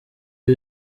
iyo